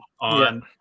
on